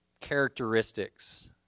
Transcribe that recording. characteristics